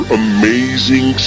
amazing